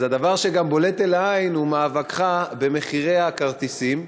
אז הדבר שגם בולט לעין הוא מאבקך במחירי הכרטיסים,